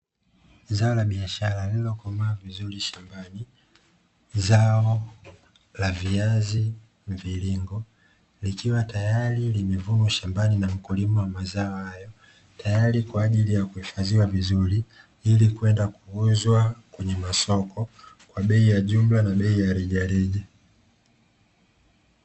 Zao la biashara lililokomaa vizuri shambani, zao la viazi mviringo likiwa tayari limevunwa shambani na mkulima wa mazao hayo tayari kwa ajili ya kuhifadhiwa vizuri ili kwenda kuuzwa kwenye masoko kwa bei ya jumla na bei ya rejareja.